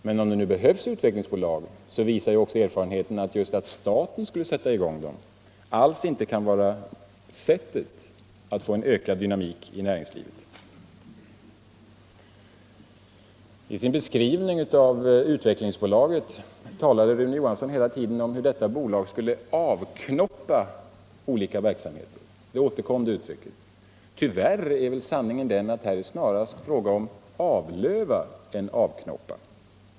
Men om det behövs utvecklingsbolag, visar erfarenheten att just detta att staten skulle sätta i gång dem alls inte kan vara sättet att få en ökad dynamik i näringslivet. I sin beskrivning av Utvecklingsbolaget talade Rune Johansson hela tiden om hur detta bolag skulle avknoppa olika verksamheter. Det uttrycket återkom. Tyvärr är väl sanningen den att här är det snarare fråga om att avlöva än att avknoppa.